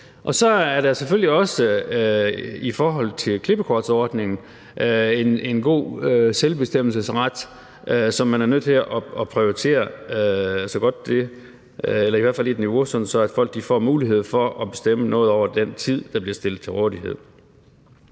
Så er der selvfølgelig også i forhold til klippekortsordningen en god selvbestemmelsesret, som man i hvert fald er nødt til at prioritere i et niveau, sådan at folk får mulighed for at bestemme noget over den tid, der bliver stillet til rådighed.